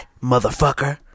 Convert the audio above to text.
motherfucker